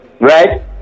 right